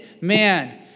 man